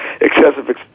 excessive